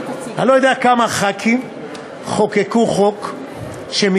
אני לא יודע כמה חברי כנסת חוקקו חוק כשהם